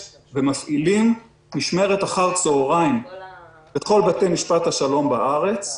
ומפעילים משמרת אחר הצוהריים בכל בתי משפט השלום בארץ.